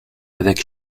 avec